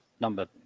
number